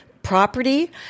Property